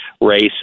race